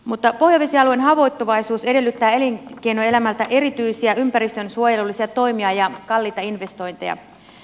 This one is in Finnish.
mutta pohjavesialueen haavoittuvaisuus edellyttää elinkeinoelämältä erityisiä ympäristönsuojelullisia toimia ja kalliita investointeja